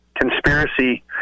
conspiracy